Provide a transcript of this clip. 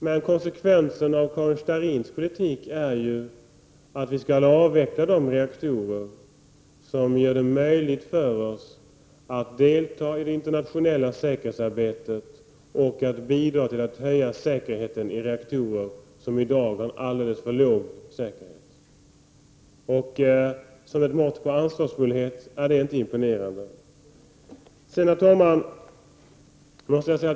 Men konsekvenserna av Karin Starrins politik är att vi skall avveckla de reaktorer som gör det möjligt för oss att delta i det internationella säkerhetsarbetet och att bidra till att höja säkerheten i reaktorer som i dag har en alldeles för låg säkerhet. Som ett mått på ansvarsfullhet är det inte imponerande. Herr talman!